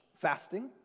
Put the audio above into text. fasting